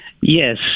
Yes